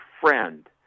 friend